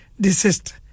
desist